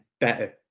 better